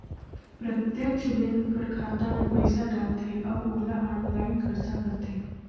प्रत्यक्छ बेंक कर खाता में पइसा डालथे अउ ओला आनलाईन खरचा करथे